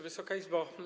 Wysoka Izbo!